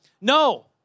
no